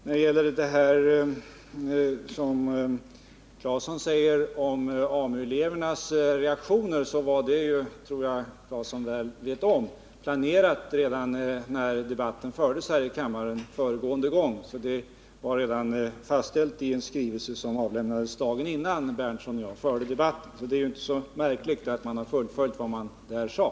När det gäller det Tore Claeson säger om AMU-elevernas reaktioner, så tror jag att Tore Claeson väl vet att de nya bestämmelserna var planerade redan när debatten fördes här i kammaren föregående gång. Det var fastställt i en skrivelse som inlämnades dagen innan Nils Berndtson och jag förde debatten. Det är ju inte så märkligt att man har fullföljt vad man där sade.